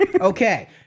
Okay